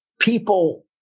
people